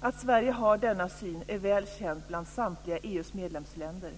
Att Sverige har denna syn är väl känt bland samtliga EU:s medlemsländer.